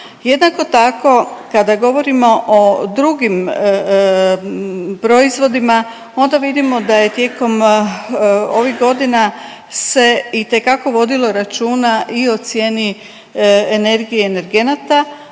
Jednako tako kada govorimo o drugim proizvodima onda vidimo da je tijekom ovih godina se itekako vodilo računa i o cijeni energije i energenata,